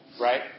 Right